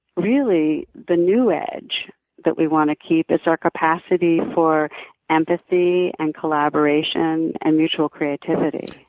really, the new edge that we want to keep is our capacity for empathy and collaboration and mutual creativity.